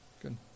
Good